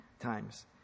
times